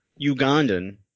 Ugandan